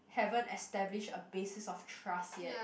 haven't establish a basis of trust yet